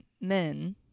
men